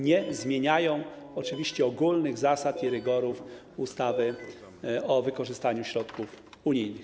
Nie zmieniają one oczywiście ogólnych zasad i rygorów ustawy o wykorzystaniu środków unijnych.